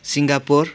Singapore